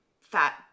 fat